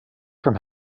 from